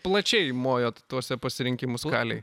plačiai mojot tuose pasirinkimų skalėj